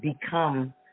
become